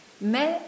Mais